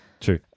true